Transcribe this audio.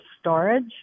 storage